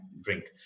drink